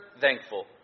thankful